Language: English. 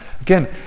Again